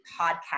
podcast